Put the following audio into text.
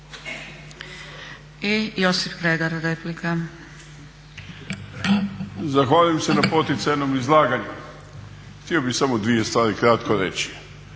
Josip (Nezavisni)** Zahvaljujem se na poticajnom izlaganju. Htio bih samo dvije stvari kratko reći.